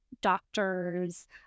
doctors